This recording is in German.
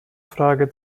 frage